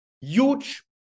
huge